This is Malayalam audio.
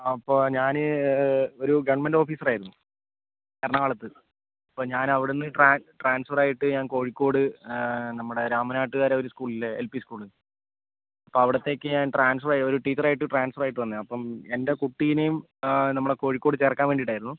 അപ്പോൾ ഞാൻ ഒരു ഗവൺമെൻറ് ഓഫീസർ ആയിരുന്നു എറണാകുളത്ത് അപ്പോൾ ഞാനവിടെനിന്ന് ട്രാൻ ട്രാൻസ്ഫർ ആയിട്ട് ഞാൻ കോഴിക്കോട് നമ്മുടെ രാമനാട്ടുകര ഒരു സ്കൂൾ ഇല്ലേ എൽ പി സ്കൂൾ അപ്പോൾ അവിടത്തേക്ക് ഞാൻ ട്രാൻസ്ഫർ ആയി ഒരു ടീച്ചർ ആയിട്ട് ട്രാൻസ്ഫർ ആയിട്ട് വന്നതാണ് അപ്പം എൻ്റെ കുട്ടീനേം നമ്മുടെ കോഴിക്കോട് ചേർക്കാൻ വേണ്ടിയിട്ടായിരുന്നു